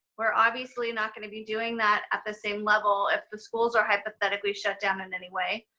we're obviously not gonna be doing that at the same level if the schools are hypothetically shut down in any way.